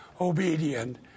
obedient